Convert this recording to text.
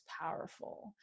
powerful